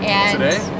Today